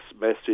message